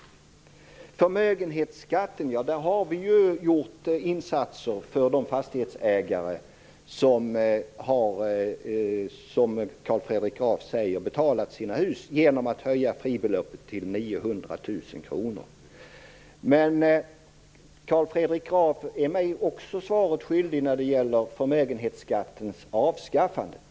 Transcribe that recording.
När det gäller förmögenhetsskatten har vi gjort insatser för de fastighetsägare som Carl Fredrik Graf säger har betalat sina hus genom att vi har höjt fribeloppet till 900 000 kr. Men Carl Fredrik Graf är mig också svaret skyldig när det gäller förmögenhetsskattens avskaffande.